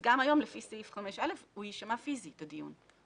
אז גם היום לפי סעיף 5(א) הוא יישמע פיסית בדיון.